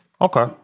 Okay